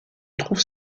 trouve